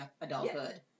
adulthood